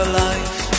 life